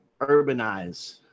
urbanize